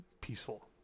peaceful